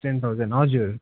ten thousand हजुर